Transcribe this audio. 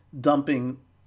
dumping